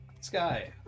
Sky